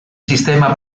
sistema